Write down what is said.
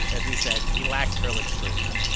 as we said, he lacks ehrlich's charisma.